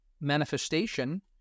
manifestation